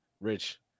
Rich